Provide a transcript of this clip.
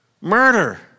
Murder